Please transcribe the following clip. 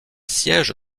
siège